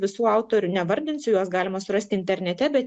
visų autorių nevardinsiu juos galima surasti internete bet